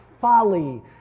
folly